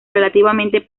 relativamente